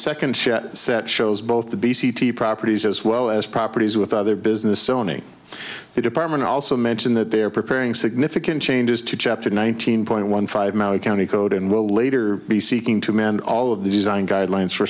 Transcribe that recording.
second set shows both the b c t properties as well as properties with other business sone the department also mentioned that they are preparing significant changes to chapter nineteen point one five county code and will later be seeking to mend all of the design guidelines for